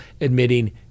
admitting